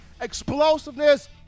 explosiveness